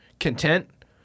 content